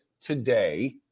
today